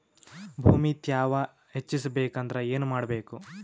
ಭೂಮಿ ತ್ಯಾವ ಹೆಚ್ಚೆಸಬೇಕಂದ್ರ ಏನು ಮಾಡ್ಬೇಕು?